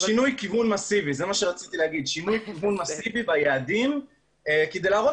אז שינוי כיוון מסיבי ביעדים כדי להראות